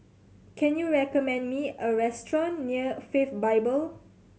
can you recommend me a restaurant near Faith Bible